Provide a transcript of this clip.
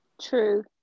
True